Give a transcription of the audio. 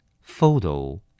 Photo